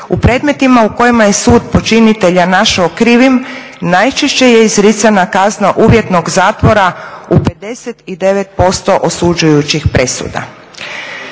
U predmetima u kojima je sud počinitelja našao krivim najčešće je izricana kazna uvjetnog zatvora u 59% osuđujućih presuda.